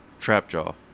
Trapjaw